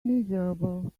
miserable